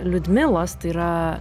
liudmilos tai yra